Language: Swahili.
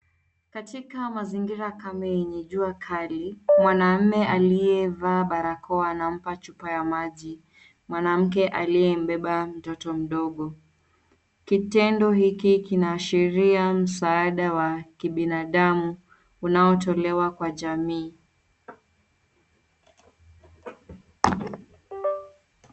Katika mazingira kame yenye jua kali, mwanaume aliyevaa barakoa anampa chupa ya maji mwanamke aliyembeba mtoto mdogo. Kitendo hiki kinaashiria msaada wa kibinadamu unaotolewa kwa jamii.